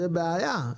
זאת בעיה.